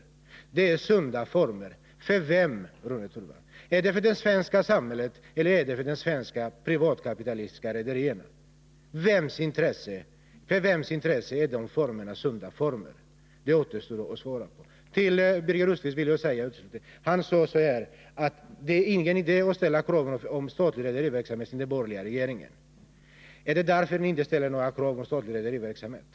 Det är sunda utvecklingsformer — men för vem, Rune Torwald? Är det för det svenska samhället eller för de svenska privatkapitalistiska rederierna? I vems intresse ligger dessa sunda former? Den frågan återstår att besvara. Birger Rosqvist sade att det inte är någon idé att ställa frågor om statlig rederiverksamhet till den borgerliga regeringen. Är det därför ni inte kräver en statlig rederiverksamhet?